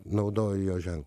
naudoju jo žen